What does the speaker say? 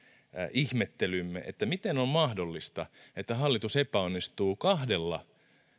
ihmettelymme miten on mahdollista että hallitus epäonnistuu kahdella